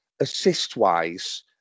assist-wise